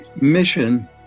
mission